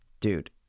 Dude